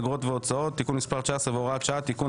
אגרות והוצאות (תיקון מס' 19 והוראת שעה) (תיקון),